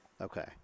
Okay